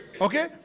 okay